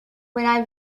when